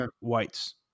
whites